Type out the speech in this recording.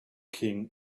king